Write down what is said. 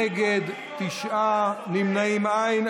נגד, תשעה, נמנעים אין.